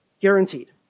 guaranteed